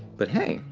but hey,